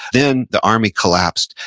then, the army collapsed.